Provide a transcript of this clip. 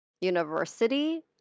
university